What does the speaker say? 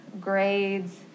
grades